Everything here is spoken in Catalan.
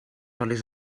olis